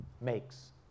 makes